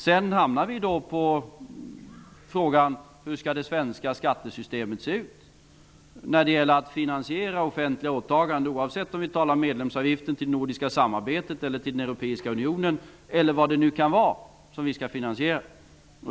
Sedan hamnar vi då på frågan: Hur skall det svenska skattesystemet se ut när det gäller att finansiera offentliga åtaganden, oavsett om vi talar om medlemsavgiften till det nordiska samarbetet eller till den europeiska unionen eller vad det nu kan vara som vi skall finansiera?